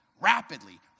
rapidly